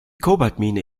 kobaltmine